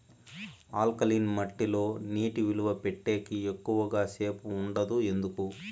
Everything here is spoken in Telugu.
ఆల్కలీన్ మట్టి లో నీటి నిలువ పెట్టేకి ఎక్కువగా సేపు ఉండదు ఎందుకు